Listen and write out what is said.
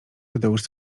tadeusz